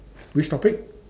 which topic